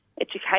education